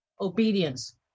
obedience